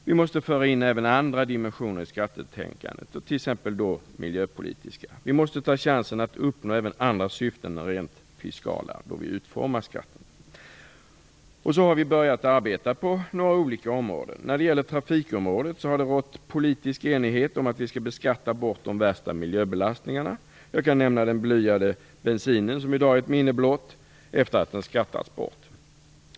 Vi måste föra in även andra dimensioner i skattetänkandet, t.ex. miljöpolitiska. Vi måste ta chansen att uppnå även andra syften än rent fiskala då vi utformar skatter. På det sättet har vi börjat arbeta på några olika områden. När det gäller trafikområdet har det rått politisk enighet om att vi skall beskatta bort de värsta miljöbelastningarna. Jag kan nämna den blyade bensinen som i dag är ett minne blott efter att den skattats bort.